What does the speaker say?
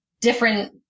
different